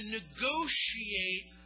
negotiate